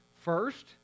first